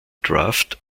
draft